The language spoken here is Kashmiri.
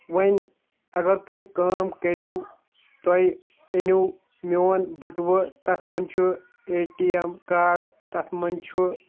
وۄنۍ اَگر تُہۍ کٲم کٔرِو تہۍ أنیو میون بٔٹوٕ تتھ منٛز چھُ اے ٹی ایم کاڈ تَتھ منٛز چھُ